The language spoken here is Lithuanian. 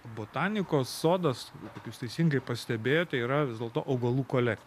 botanikos sodas kaip jūs teisingai pastebėjote yra vis dėlto augalų kolek